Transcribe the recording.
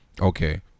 okay